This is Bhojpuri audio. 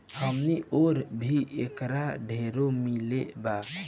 हमनी ओर भी एकर ढेरे मील बा